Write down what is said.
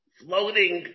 floating